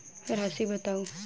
राशि बताउ